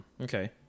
okay